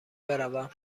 بروم